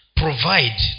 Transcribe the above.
provide